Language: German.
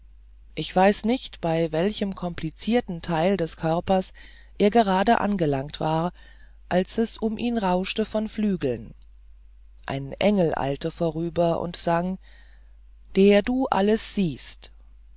ich weiß nicht bei welchem komplizierten teil des körpers er gerade angelangt war als es um ihn rauschte von flügeln ein engel eilte vorüber und sang der du alles siehst